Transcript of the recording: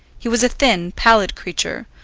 he was a thin, pallid creature,